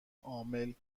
عامل